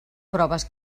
proves